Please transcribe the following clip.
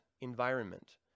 environment